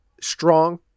strong